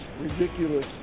ridiculous